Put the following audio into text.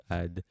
add